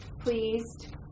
pleased